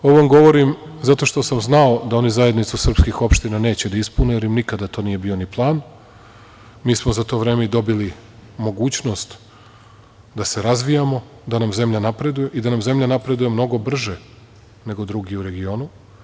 Ovo vam govorim zato što sam znao da oni zajednicu srpskih opština neće da ispune, jer im nikada to nije bio ni plan, mi smo za to vreme dobili i mogućnost da se razvijamo da nam zemlja napreduje i da ona napreduje mnogo brže, nego drugi u regionu.